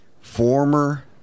former